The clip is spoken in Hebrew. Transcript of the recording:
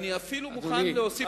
אני אפילו מוכן להוסיף,